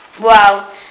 Wow